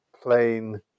plain